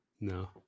no